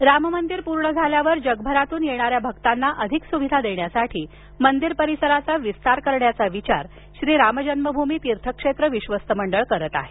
अयोध्या राममंदिर पूर्ण झाल्यावर जगभरातून येणाऱ्या भक्तांना अधिक सुविधा देण्यासाठी मंदिर परिसराचा विस्तार करण्याचा विचार श्रीराम जन्मभूमी तीर्थ क्षेत्र विश्वस्त मंडळ करत आहे